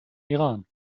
iran